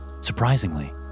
Surprisingly